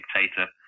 Dictator